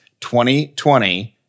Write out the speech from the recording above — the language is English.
2020